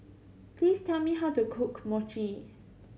please tell me how to cook Mochi